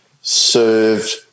served